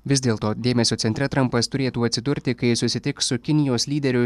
vis dėlto dėmesio centre trampas turėtų atsidurti kai susitiks su kinijos lyderiu